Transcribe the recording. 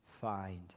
find